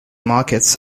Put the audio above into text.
markets